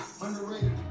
Underrated